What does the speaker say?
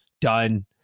done